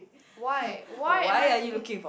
why why am I looking